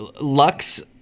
Lux